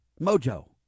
mojo